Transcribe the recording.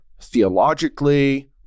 theologically